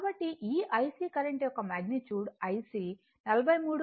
కాబట్టి ఈ IC current యొక్క మాగ్నిట్యూడ్ IC 43